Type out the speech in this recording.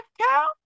cow